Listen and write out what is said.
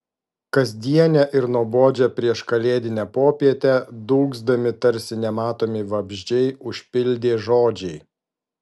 kasdienę ir nuobodžią prieškalėdinę popietę dūgzdami tarsi nematomi vabzdžiai užpildė žodžiai